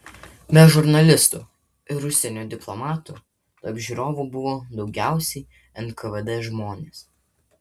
be žurnalistų ir užsienio diplomatų tarp žiūrovų buvo daugiausiai nkvd žmonės